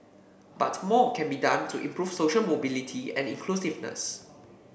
but more can be done to improve social mobility and inclusiveness